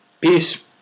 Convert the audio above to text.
Peace